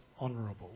honourable